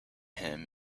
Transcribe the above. him